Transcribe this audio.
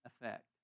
effect